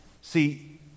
See